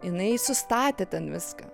jinai sustatė ten viską